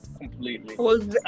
completely